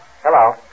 Hello